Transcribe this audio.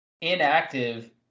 inactive